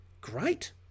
great